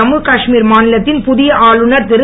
ஜம்முகாஷ்மீர் மாநிலத்தின் புதிய ஆளுநர் திரு